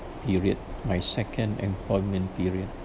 period my second employment period